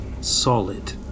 solid